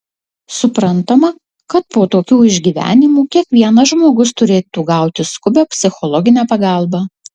suprantama kad po tokių išgyvenimų kiekvienas žmogus turėtų gauti skubią psichologinę pagalbą